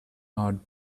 are